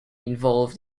involved